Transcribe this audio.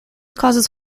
causes